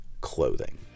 clothing